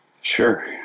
Sure